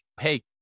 hey